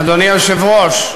אדוני היושב-ראש,